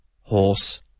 horse